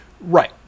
Right